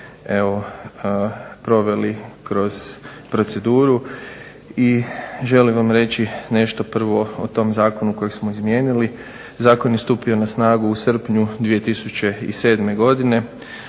smo proveli kroz proceduru i želim vam reći nešto prvo o tome Zakonu koji smo izmijenili. Zakon je stupio na snagu u srpnju 2007. godine